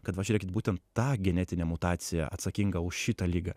kad va žiūrėkit būtent ta genetinė mutacija atsakinga už šitą ligą